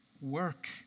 work